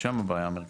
שם הבעיה המרכזית.